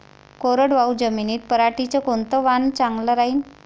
कोरडवाहू जमीनीत पऱ्हाटीचं कोनतं वान चांगलं रायीन?